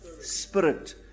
spirit